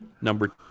number